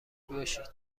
باشید